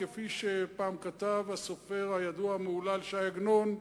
כפי שפעם כתב הסופר הידוע והמהולל ש"י עגנון: